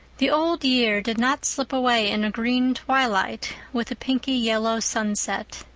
the old year did not slip away in a green twilight, with a pinky-yellow sunset.